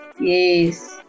Yes